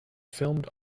filmed